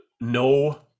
no